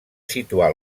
situar